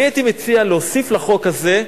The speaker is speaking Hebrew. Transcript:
אני הייתי מציע להוסיף לחוק הזה,